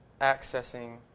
accessing